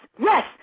yes